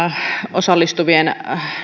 osallistuvien